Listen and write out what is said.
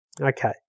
okay